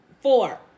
Four